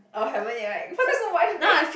orh haven't yet right faster go watch leh